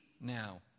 now